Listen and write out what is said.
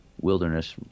Wilderness